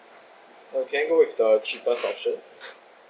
uh can we go with the cheapest option